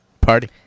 Party